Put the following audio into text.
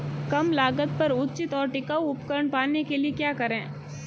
कम लागत पर उचित और टिकाऊ उपकरण पाने के लिए क्या करें?